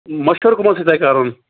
مَشوَر کَمَن سۭتۍ تۄہہِ کَرُن